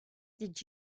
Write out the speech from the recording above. did